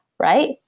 right